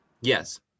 Yes